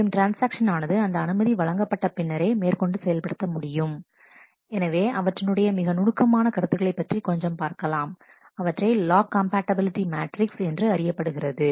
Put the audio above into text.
மேலும் ட்ரான்ஸ்ஆக்ஷன் ஆனது அந்த அனுமதி வழங்கப்பட்ட பின்னரே மேற்கொண்டு செயல்படுத்த முடியும் எனவே அவற்றினுடைய மிக நுணுக்கமான கருத்துக்களை பற்றிக் கொஞ்சம் பார்க்கலாம் அவற்றை லாக் காம்பேட்டபிலிடி மேட்ரிக்ஸ் என்று அறியப்படுகிறது